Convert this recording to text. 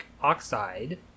Oxide